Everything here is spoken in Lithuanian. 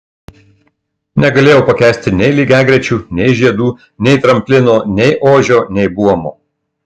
negalėjau pakęsti nei lygiagrečių nei žiedų nei tramplino nei ožio nei buomo